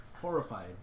horrified